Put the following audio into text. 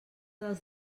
dels